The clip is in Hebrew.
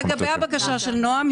אז לגבי הבקשה של נעם,